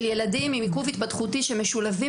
של ילדים עם עיכוב התפתחותי שמשולבים